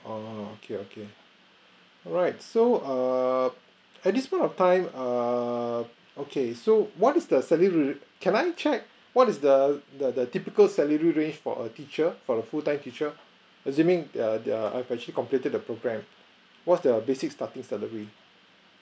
oh okay okay alright so err at this point of time err okay so what is the salary can I check what is the the the typical salary range for a teacher for the full time teacher assuming their their actually completed the programme what's the basic starting salary